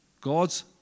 God's